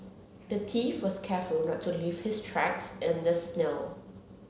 the thief was careful to not leave his tracks in the snow